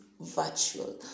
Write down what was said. virtual